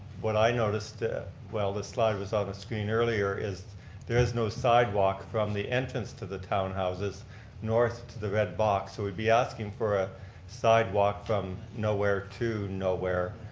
what i noticed ah while this slide was on ah the screen earlier is there is no side walk from the entrance to the townhouses north to the red box. so we'd be asking for a side walk from nowhere to nowhere.